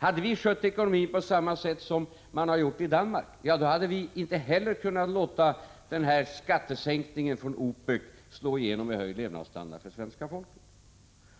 Hade vi skött ekonomin på samma sätt som man har gjort i Danmark, hade inte heller vi kunnat låta 13 den här prissänkningen från OPEC slå igenom med höjd levnadsstandard för svenska folket.